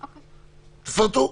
תפרטו,